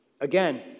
Again